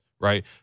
right